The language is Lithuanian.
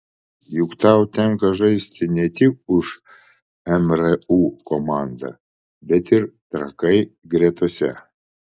juk tau tenka žaisti ne tik už mru komandą bet ir trakai gretose